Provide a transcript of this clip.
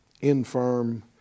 infirm